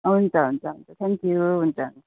हुन्छ हुन्छ थ्याङ्कयु हुन्छ